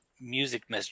music